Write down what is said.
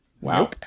Wow